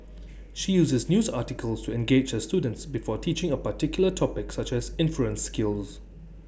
she uses news articles to engage her students before teaching A particular topic such as inference skills